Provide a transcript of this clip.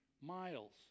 miles